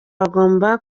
bagomba